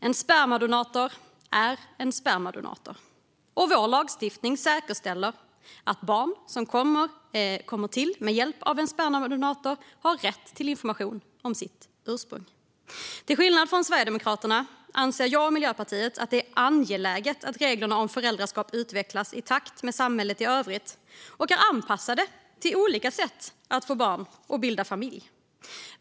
En spermadonator är en spermadonator, och vår lagstiftning säkerställer att barn som kommer till med hjälp av en spermadonator har rätt till information om sitt ursprung. Till skillnad från Sverigedemokraterna anser jag och Miljöpartiet att det är angeläget att reglerna om föräldraskap utvecklas i takt med samhället i övrigt och är anpassade till olika sätt att få barn och bilda familj.